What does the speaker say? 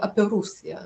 apie rusiją